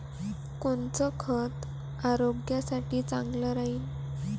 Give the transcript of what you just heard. कोनचं खत आरोग्यासाठी चांगलं राहीन?